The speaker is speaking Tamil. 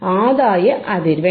ஆதாய அதிர்வெண்